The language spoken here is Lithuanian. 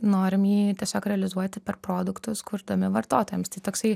norim jį tiesiog realizuoti per produktus kurdami vartotojams tai toksai